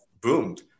boomed